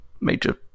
major